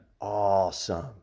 Awesome